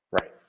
Right